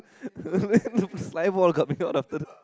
saliva all coming out of the